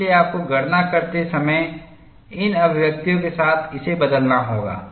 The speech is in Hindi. इसलिए आपको गणना करते समय इन अभिव्यक्तियों के साथ इसे बदलना होगा